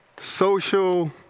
social